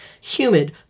humid